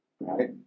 Right